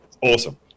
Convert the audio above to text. Awesome